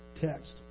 text